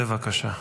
בבקשה.